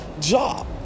job